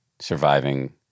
surviving